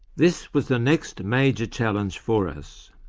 this was the next major challenge for us.